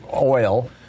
oil